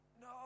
no